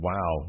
Wow